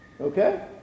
Okay